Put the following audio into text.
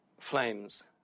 flames